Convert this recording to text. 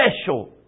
special